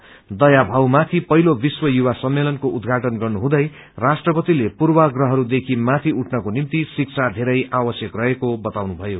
दया भाव माथि पहिलो विश्व युवा सम्मेलनको उद्घाटन गर्नुहुँदै राष्ट्रपतिले पूद्यग्रहरू देखि माथि उठनको निम्ति शिक्षा धेरै आवश्यक रहेको बताउनुभयो